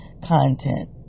content